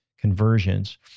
conversions